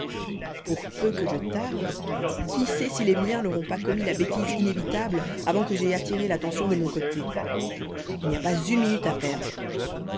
pour peu que je tarde qui sait si les miens n'auront pas commis la bêtise inévitable avant que j'aie attiré l'attention de mon côté il n'y a pas une minute à perdre